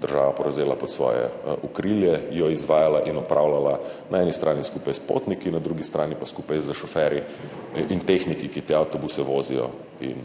država vzela pod svoje okrilje, jo izvajala in upravljala, na eni strani skupaj s potniki, na drugi strani pa skupaj s šoferji in tehniki, ki te avtobuse vozijo in